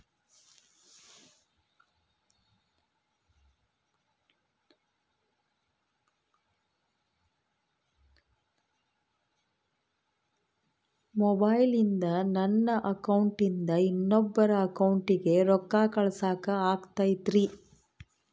ಮೊಬೈಲಿಂದ ನನ್ನ ಅಕೌಂಟಿಂದ ಇನ್ನೊಬ್ಬರ ಅಕೌಂಟಿಗೆ ರೊಕ್ಕ ಕಳಸಾಕ ಆಗ್ತೈತ್ರಿ?